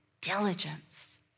diligence